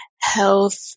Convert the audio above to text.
health